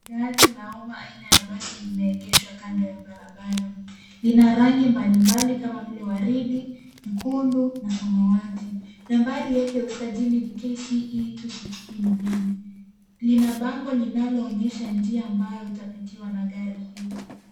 Gari la uma aina ya basi limegeshwa kando ya barabara, lina rangi mbali mbali kama vile waridi, nyekundu na samawati. Nambari yake ya usajili ni KCE 216 B lina bango linalo onyesha njia ambayo itapitiwa na gari hili.